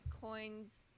coins